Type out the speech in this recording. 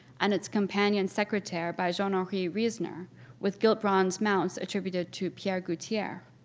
and its companion secretaire by jean henri riesener with gilt bronze mounts attributed to pierre goutier.